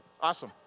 Awesome